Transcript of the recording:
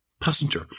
Passenger